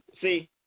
See